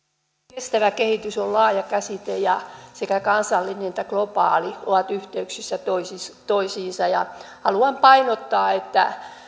kestävä kehitys on laaja käsite ja sekä kansallinen että globaali ovat yhteyksissä toisiinsa haluan painottaa että